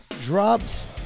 drops